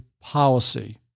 policy